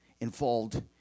involved